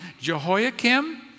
Jehoiakim